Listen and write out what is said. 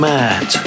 Mad